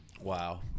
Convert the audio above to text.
Wow